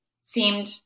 seemed